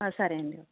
సరే అండి